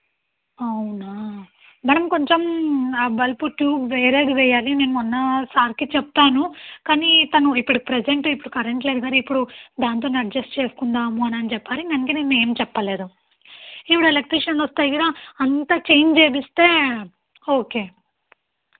అవునా మేడం కొంచం ఆ బల్పు టూబ్ వేరేది వేయాలి నేను మొన్న సార్కి చెప్తాను కానీ తను ఇక్కడ ప్రజంట్ ఇప్పుడు కరెంటు లేదు కదా ఇప్పుడు దాంతోనే అడ్జెస్ట్ చేసుకుందాము అనని చెప్పారని అందుకే నేను ఏం చెప్పలేదు ఈవిడ ఎలక్ట్రీషన్ వస్తాయి కదా అంతా చేంజ్ చేయిస్తే ఒకే